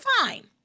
Fine